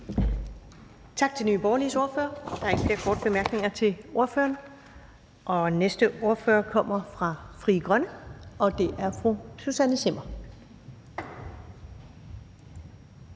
Tak til Nye Borgerliges ordfører. Der er ikke flere korte bemærkninger til ordføreren. Den næste ordfører kommer fra Frie Grønne, og det er fru Susanne Zimmer.